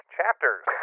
Chapters